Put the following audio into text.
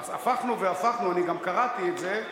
הפכנו והפכנו, אני גם קראתי את זה.